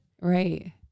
right